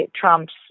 Trump's